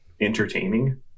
entertaining